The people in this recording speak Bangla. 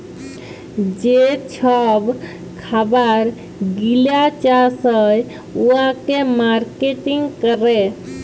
যে ছব খাবার গিলা চাষ হ্যয় উয়াকে মার্কেটিং ক্যরে